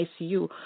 icu